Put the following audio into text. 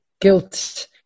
guilt